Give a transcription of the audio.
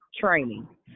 training